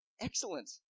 Excellent